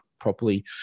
properly